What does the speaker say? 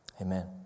Amen